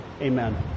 Amen